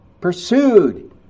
pursued